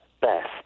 best